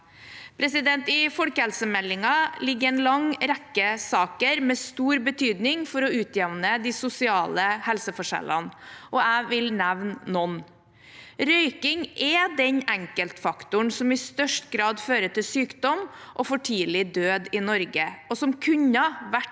arbeidene. I folkehelsemeldingen ligger en lang rekke saker med stor betydning for å utjevne de sosiale helseforskjellene. Jeg vil nevne noen. Røyking er den enkeltfaktoren som i størst grad fører til sykdom og for tidlig død i Norge, og som kunne vært